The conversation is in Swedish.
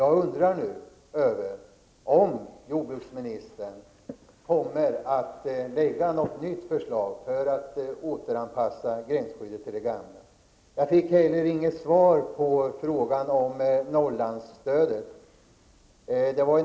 Jag fick inte heller något svar på frågan om Norrlandsstödet.